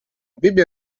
bibbia